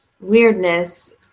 weirdness